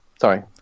sorry